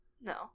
No